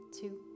two